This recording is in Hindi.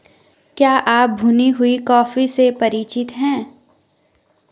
क्या आप भुनी हुई कॉफी से परिचित हैं?